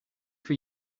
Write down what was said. for